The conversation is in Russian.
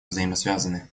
взаимосвязаны